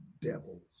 devils